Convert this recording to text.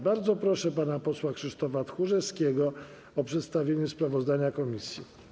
Bardzo proszę pana posła Krzysztofa Tchórzewskiego o przedstawienie sprawozdania komisji.